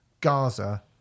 gaza